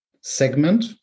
segment